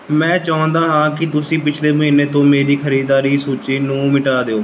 ਮੈਂ ਚਾਹੁੰਦਾ ਹਾਂ ਕਿ ਤੁਸੀਂ ਪਿਛਲੇ ਮਹੀਨੇ ਤੋਂ ਮੇਰੀ ਖਰੀਦਦਾਰੀ ਸੂਚੀ ਨੂੰ ਮਿਟਾ ਦਿਓ